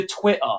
twitter